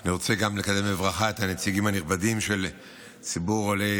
אני רוצה לקדם בברכה את הנציגים הנכבדים של ציבור עולי